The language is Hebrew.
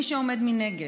מי שעומד מנגד,